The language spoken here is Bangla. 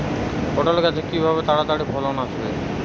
পটল গাছে কিভাবে তাড়াতাড়ি ফলন আসবে?